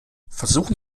versuchen